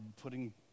putting